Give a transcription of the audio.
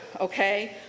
okay